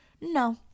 No